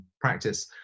practice